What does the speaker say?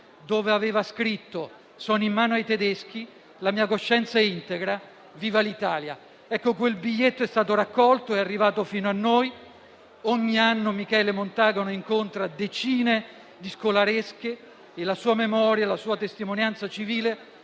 cui aveva scritto: sono in mano ai tedeschi, la mia coscienza è integra, viva l'Italia. Quel biglietto è stato raccolto ed è arrivato fino a noi. Ogni anno Michele Montagano incontra decine di scolaresche e la sua memoria e la sua testimonianza civile